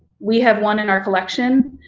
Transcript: we have one in our collection,